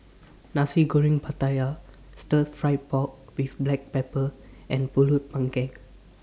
Nasi Goreng Pattaya Stir Fried Pork with Black Pepper and Pulut Panggang